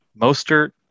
Mostert